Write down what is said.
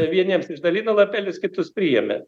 vieniems išdalino lapelius kitus priėmė